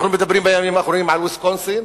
אנחנו מדברים בימים האחרונים על ויסקונסין,